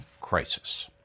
crisis